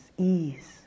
ease